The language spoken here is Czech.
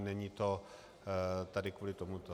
Není to tady kvůli tomuto.